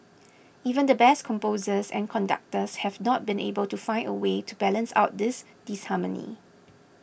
even the best composers and conductors have not been able to find a way to balance out this disharmony